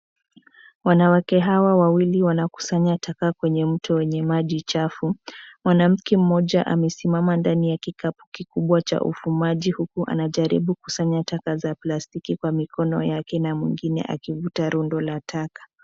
Wanawake hawa wawili wanakusanya taka kwenye mto wenye maji machafu. Mwanamke mmoja amesimama ndani ya kikapu kikubwa cha ufumaji huku anajaribu kusanya taka za plastiki kwa mikono yake na mwingine akivuta rundo la taka.